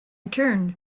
turned